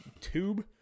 tube